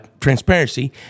transparency